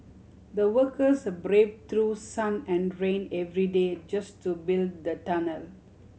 the workers brave through sun and rain every day just to build the tunnel